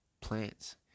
plants